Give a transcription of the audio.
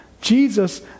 Jesus